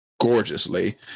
Gorgeously